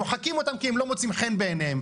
מוחקים אותם כי הם לא מוצאים חן בעיניהם,